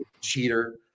Cheater